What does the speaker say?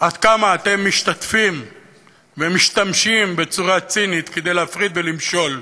עד כמה אתם משתתפים ומשתמשים בצורה צינית כדי להפריד ולמשול.